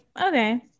okay